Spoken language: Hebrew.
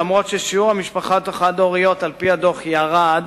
למרות ששיעור המשפחות החד-הוריות על-פי הדוח ירד